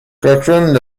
cochran